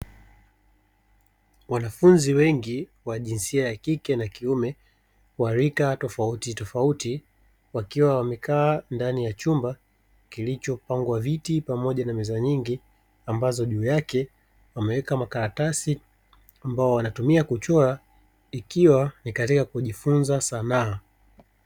Wanafunzi wengi jinsia ya kike na kiume wa rika tofauti tofauti wakiwa wamekaa ndani ya chumba kilichopangwa viti pamoja na meza nyingi, ambazo juu yake wameweka makaratasi ambayo wanatumia kuchora ikiwa ni katika kujifunza sanaa.